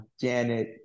Janet